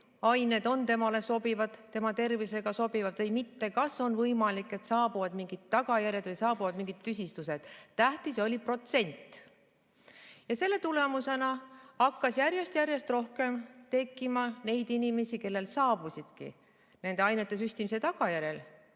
ained on tema tervisega sobivad või mitte, kas on võimalik, et saabuvad mingid tagajärjed või mingid tüsistused. Tähtis oli protsent. Selle tõttu hakkas järjest rohkem tekkima neid inimesi, kellel saabusidki nende ainete süstimise tagajärjel